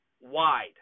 wide